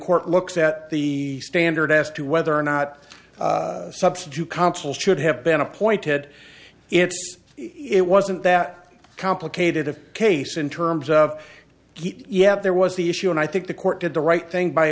court looks at the standard as to whether or not a substitute consul should have been appointed it's it wasn't that complicated a case in terms of yet there was the issue and i think the court did the right thing by